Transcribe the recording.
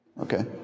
Okay